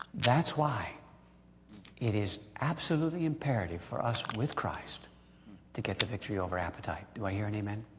that's why it is absolutely imperative for us with christ to get the victory over appetite. do i hear an amen?